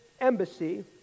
embassy